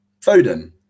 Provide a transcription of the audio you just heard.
Foden